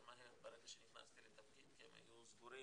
מהר ברגע שנכנסתי לתפקיד כי הם היו סגורים,